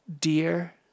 dear